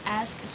ask